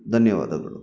ಧನ್ಯವಾದಗಳು